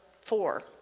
four